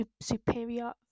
superior